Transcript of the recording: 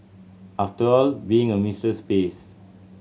after all being a mistress pays